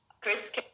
Chris